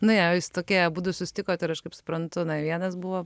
na jei jūs tokie abudu susitikote ir aš kaip suprantu vienas buvo